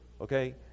Okay